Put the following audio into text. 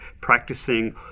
practicing